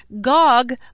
Gog